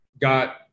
got